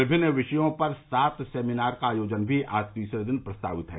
विभिन्न विषयों पर सात सेमिनार का आयोजन भी आज तीसरे दिन प्रस्तावित है